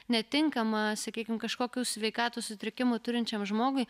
netinkama sakykim kažkokių sveikatos sutrikimų turinčiam žmogui